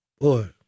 Boy